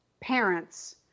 parents